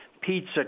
Pizza